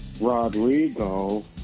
Rodrigo